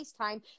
FaceTime